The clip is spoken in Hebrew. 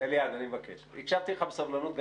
חבר הכנסת זוהר, הקשבתי לך בסבלנות.